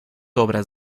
obras